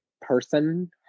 person